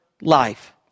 life